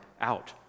out